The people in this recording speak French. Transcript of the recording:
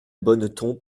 bonneton